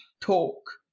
talk